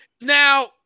Now